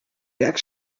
jak